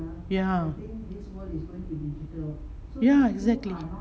ya ya exactly